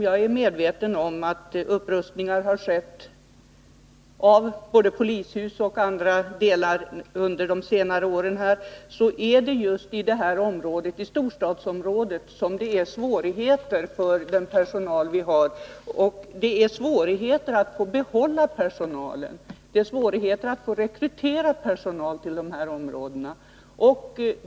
Jag är medveten om att upprustning har skett av både polishus och andra delar under de senaste åren, men jag vill framhålla att det är just i de här områdena, i storstadsområdena, som det finns svårigheter i vad gäller personal — svårigheter att rekrytera personal och att behålla den.